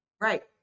right